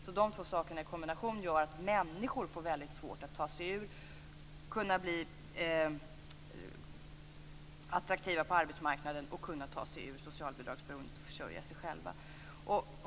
De här två sakerna i kombination gör att människor får svårt att bli attraktiva på arbetsmarknaden och ta sig ur socialbidragsberoendet och försörja sig själva.